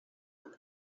true